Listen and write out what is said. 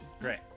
Great